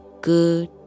good